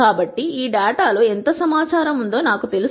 కాబట్టి ఈ డేటా లో ఎంత సమాచారం ఉందో నాకు తెలుసు